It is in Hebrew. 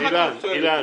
אילן,